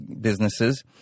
businesses